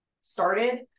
started